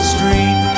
Street